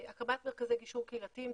הקמת מרכזי גישור קהילתיים.